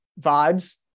vibes